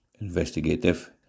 investigative